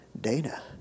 Dana